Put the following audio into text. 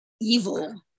evil